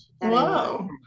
Wow